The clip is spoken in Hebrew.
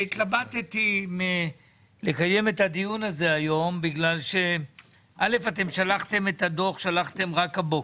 התלבטתי אם לקיים את הדיון הזה היום כי שלחתם את הדוח רק הבוקר,